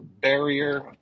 barrier